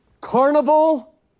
carnival